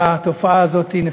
בבקשה.